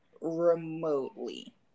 remotely